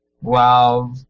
Wow